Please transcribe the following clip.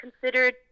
considered